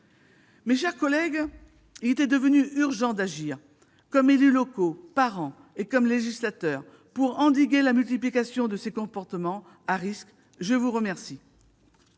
Mes chers collègues, il était devenu urgent d'agir, comme élus locaux, comme parents et comme législateurs, pour endiguer la multiplication de ces comportements à risque. La parole